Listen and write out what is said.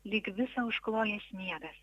lyg visa užklojęs sniegas